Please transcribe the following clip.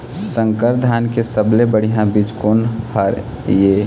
संकर धान के सबले बढ़िया बीज कोन हर ये?